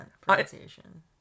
pronunciation